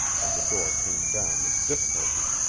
and the door came down with difficulty.